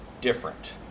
different